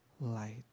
light